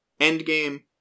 Endgame